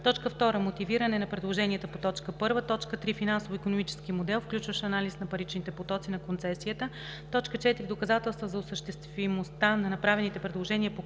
2. мотивиране на предложенията по т. 1; 3. финансово-икономически модел, включващ анализ на паричните потоци на концесията; 4. доказателства за осъществимостта на направените предложения по